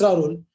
role